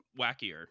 wackier